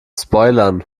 spoilern